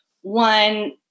one